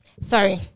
Sorry